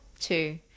two